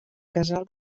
casal